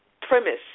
premise